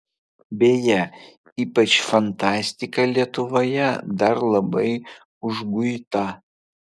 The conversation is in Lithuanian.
beje ypač fantastika lietuvoje dar labai užguita